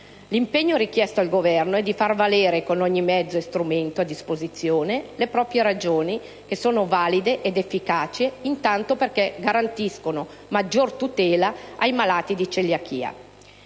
L'impegno richiesto al Governo è di far valere con ogni mezzo e strumento a disposizione le proprie ragioni che sono valide ed efficaci intanto perché garantiscono maggiore tutela ai malati di celiachia.